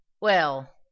Well